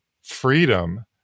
freedom